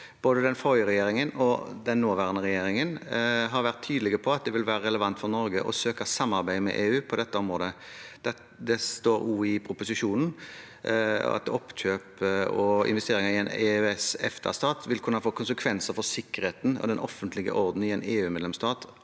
Både den forrige regjeringen og den nåværende regjeringen har vært tydelig på at det vil være relevant for Norge å søke samarbeid med EU på dette området. Det står også i proposisjonen at «[o]ppkjøp og investeringer i en EØS/EFTA-stat vil derfor kunne få konsekvenser for sikkerheten og den offentlige orden i en EU-medlemsstat,